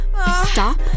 Stop